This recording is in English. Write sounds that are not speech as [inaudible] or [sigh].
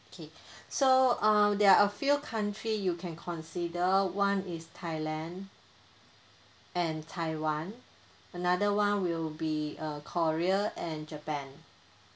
okay [breath] so uh there are a few country you can consider one is thailand and taiwan another one will be uh korea and japan